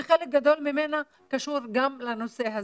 שחלק גדול ממנה קשור גם לנושא הזה.